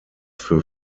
für